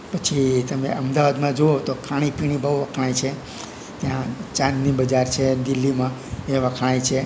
પછી તમે અમદાવાદમાં જુઓ તો ખાણી પીણી બહુ વખણાય છે ત્યાં ચાંદની બજાર છે દિલ્હીમાં એ વખણાય છે